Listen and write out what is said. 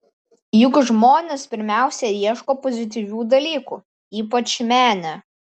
juk žmonės pirmiausia ieško pozityvių dalykų ypač mene